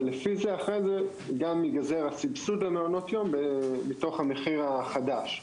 ולפי זה אחרי זה גם ייגזר הסבסוד למעונות היום בתוך המחיר החדש.